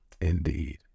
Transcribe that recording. Indeed